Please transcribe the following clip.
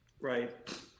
right